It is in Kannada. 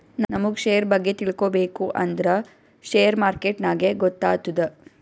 ನಮುಗ್ ಶೇರ್ ಬಗ್ಗೆ ತಿಳ್ಕೋಬೇಕು ಅಂದ್ರ ಶೇರ್ ಮಾರ್ಕೆಟ್ ನಾಗೆ ಗೊತ್ತಾತ್ತುದ